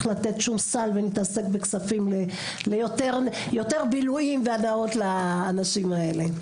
לתת שום סל ונתעסק בכספים ליותר בילויים והנאות לאנשים האלה.